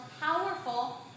powerful